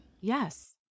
Yes